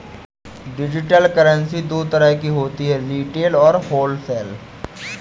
digital currency दो तरह की होती है रिटेल और होलसेल